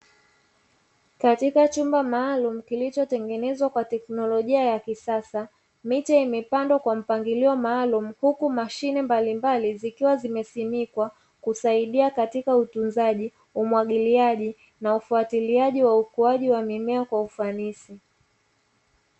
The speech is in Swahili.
Katika chumba maalumu kilicho tengenezwa kwa teknolojia ya kisasa, miche imepandwa kwa mpangilio maalumu huku mashine mbalimbali zikiwa zimesimikwa kusaidia katika utunzaji, umwagiliaji na ufuatiliaji wa ukuaji wa mimea kwa ufanisi.